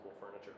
furniture